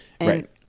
Right